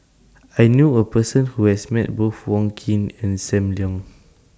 I knew A Person Who has Met Both Wong Keen and SAM Leong